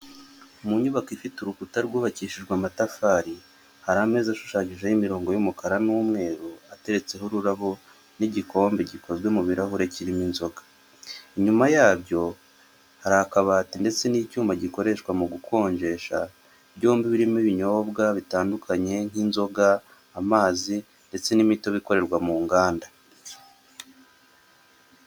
Mu nyubako ifite urukuta rwubakishijwe amatafari, hari ameza ashushanyijeho imirongo y'umukara n'umweru, ateretseho ururabo n'igikombe gikozwe mu birahuri kirimo inzoga. Inyuma yabyo, hari akabati ndetse n'icyuma gikoreshwa mu gukonjesha, byombi birimo ibinyobwa bitandukanye nk'inzoga, amazi ndetse n'imitobe ikorerwa mu nganda.